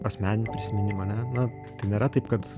asmeninį prisiminimą ar ne na tai nėra taip kad